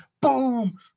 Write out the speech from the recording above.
Boom